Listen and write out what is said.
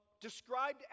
described